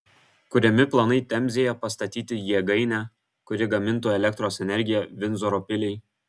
kuriami planai temzėje pastatyti jėgainę kuri gamintų elektros energiją vindzoro piliai